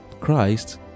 Christ